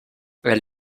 elle